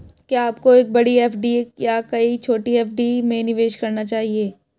क्या आपको एक बड़ी एफ.डी या कई छोटी एफ.डी में निवेश करना चाहिए?